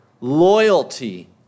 Loyalty